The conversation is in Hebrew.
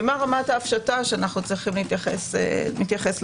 ומה רמת ההפשטה שאנו צריכים להתייחס לדברים.